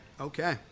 Okay